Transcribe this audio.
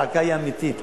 הזעקה היא אמיתית.